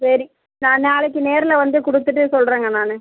சரி நான் நாளைக்கு நேரில் வந்து கொடுத்துட்டு சொல்கிறேங்க நான்